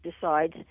decides